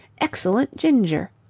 excellent ginger!